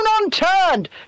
unturned